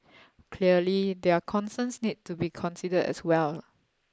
clearly their concerns need to be considered as well